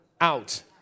out